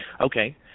Okay